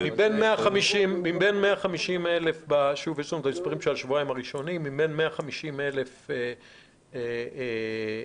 -- במספרים של השבועיים האחרונים מבין 150,000 איש